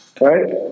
Right